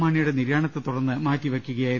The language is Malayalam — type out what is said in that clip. മാണിയുടെ നിര്യാണത്തെ തുടർന്ന് മാറ്റി വയ്ക്കുകയായിരുന്നു